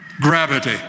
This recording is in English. gravity